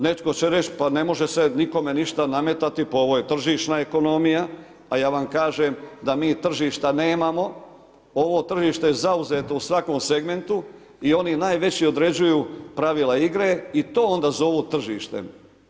Netko će reći pa ne može se nikome ništa nametati, pa ovo je tržišna ekonomija, a ja vam kažem da mi tržišta nemamo, ovo tržište je zauzeto u svakom segmentu i oni najveći određuju pravila igre i to onda zovu tržištem.